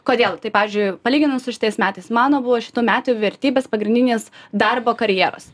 kodėl tai pavyzdžiui palyginus su šitais metais mano buvo šitų metų vertybės pagrindinės darbo karjeros